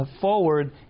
forward